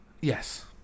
Yes